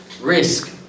risk